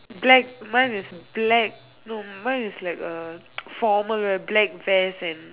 black mine is black no mine is like a formal wear black vest and